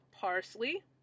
parsley